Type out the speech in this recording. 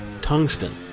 tungsten